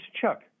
Chuck